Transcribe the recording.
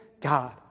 God